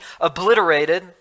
obliterated